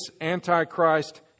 Antichrist